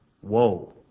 Whoa